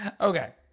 Okay